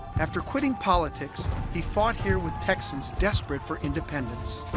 after quitting politics he fought here with texans desperate for independence